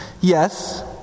Yes